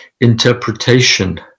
interpretation